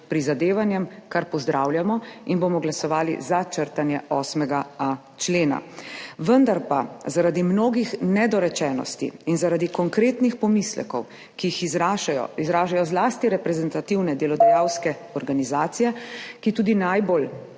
prizadevanjem, kar pozdravljamo in bomo glasovali za črtanje 8.a člena. Vendar pa zaradi mnogih nedorečenosti in zaradi konkretnih pomislekov, ki jih izražajo zlasti reprezentativne delodajalske organizacije, ki tudi iz